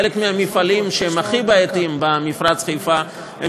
חלק מהמפעלים שהם הכי בעייתיים במפרץ חיפה הם